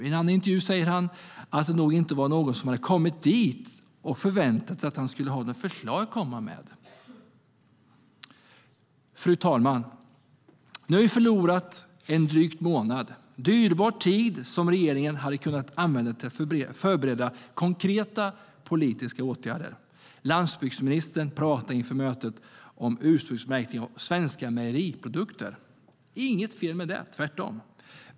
I en annan intervju säger han att det nog inte var någon som hade kommit dit och förväntat sig att han skulle ha något förslag. Fru talman! Nu har vi förlorat en dryg månad, dyrbar tid som regeringen hade kunnat använda till att förbereda konkreta politiska åtgärder. Landsbygdsministern talade inför mötet om ursprungsmärkning av svenska mejeriprodukter. Det är inget fel i det, tvärtom.